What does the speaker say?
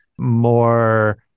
more